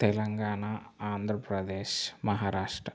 Telangana Andhra Pradesh Maharashtra